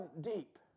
deep